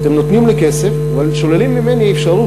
אתם נותנים לי כסף אבל שוללים ממני אפשרות